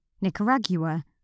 Nicaragua